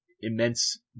immense